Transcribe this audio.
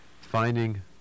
finding